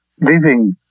living